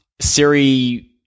Siri